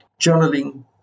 Journaling